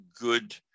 good